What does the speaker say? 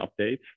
update